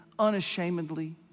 unashamedly